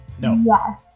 no